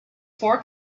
four